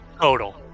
Total